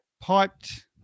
Piped